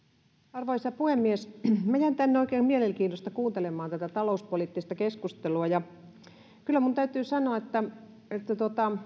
arvoisa puhemies minä jäin tänne oikein mielenkiinnosta kuuntelemaan tätä talouspoliittista keskustelua kyllä minun täytyy sanoa että